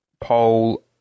poll